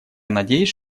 надеюсь